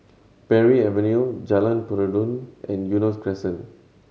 Parry Avenue Jalan Peradun and Eunos Crescent